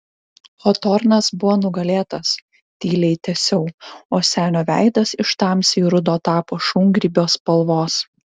hotornas buvo nugalėtas tyliai tęsiau o senio veidas iš tamsiai rudo tapo šungrybio spalvos